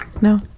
No